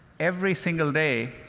every single day,